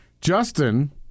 Justin